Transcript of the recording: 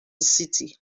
city